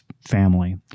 family